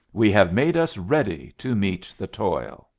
we have made us ready to meet the toil.